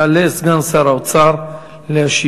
יעלה סגן שר האוצר להשיב.